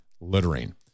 littering